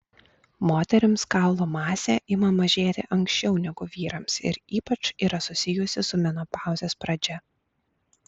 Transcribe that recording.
moterims kaulų masė ima mažėti anksčiau negu vyrams ir ypač yra susijusi su menopauzės pradžia